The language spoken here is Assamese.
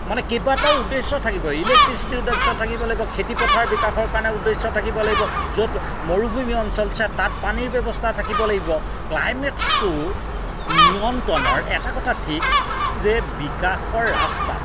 মানে কেবাটাও উদ্দেশ্য থাকিব ইলেক্ট্ৰিচিটি উদ্দেশ্য থাকিব লাগিব খেতি পথাৰ বিকাশৰ কাৰণে উদ্দেশ্য থাকিব লাগিব য'ত মৰুভূমি অঞ্চল আছে তাত পানীৰ ব্যৱস্থা থাকিব লাগিব ক্লাইমেটচটো নিয়ন্ত্ৰণৰ এটা কথা ঠিক যে বিকাশৰ ৰাস্তাত